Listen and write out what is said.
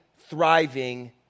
thriving